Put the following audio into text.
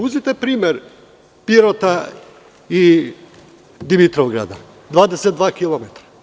Uzmite primer Pirota i Dimitrovgrada 22 kilometra.